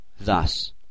Thus